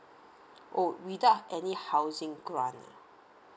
oh without any housing grant ah